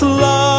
love